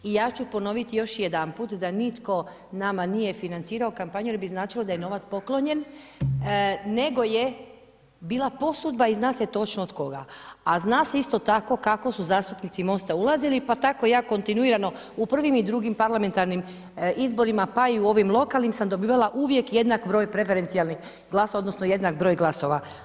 I ja ću ponoviti još jedanput da nitko nama nije financirao kampanju jer bi značilo da je novac poklonjen nego je bila posudba i znate se točno od koga, a zna se isto tako kako su zastupnici MOST-a ulazili pa tako ja kontinuirano u prvim i drugim parlamentarnim izborima pa i u ovim lokalnim sam dobivala uvijek jedna broj preferencijalnih glasova odnosno jednak broj glasova.